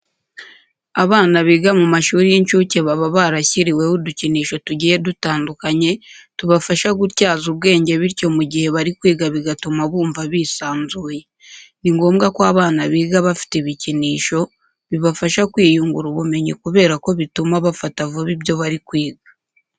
Abana biga mu mashuri y'incuke baba barashyiriweho udukinisho tugiye dutandukanye tubafasha gutyaza ubwenge bityo mu gihe bari kwiga bigatuma bumva bisanzuye. Ni ngomwa ko abana biga bafite ibikinisho bibafasha kwiyingura ubumenyi kubera ko bituma bafata vuba ibyo bari kwiga.